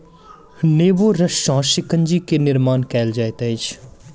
नेबो रस सॅ शिकंजी के निर्माण कयल जाइत अछि